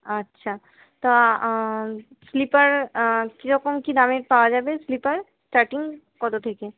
আচ্ছা তা স্লিপার কীরকম কী দামের পাওয়া যাবে স্লিপার স্টার্টিং কত থেকে